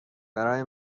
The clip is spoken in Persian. برای